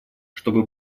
чтобы